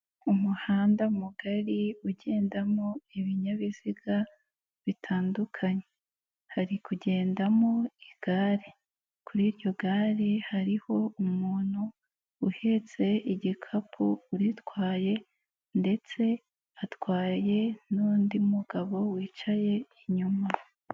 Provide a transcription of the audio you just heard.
Umuhanda mugari ugendamo ibinyabiziga bitandukanye, hari kugendamo igare, kuri iryo gare hariho umuntu uhetse igikapu uritwaye ndetse atwaye n'undi mugabo wicaye inyuma.